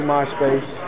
MySpace